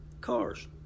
cars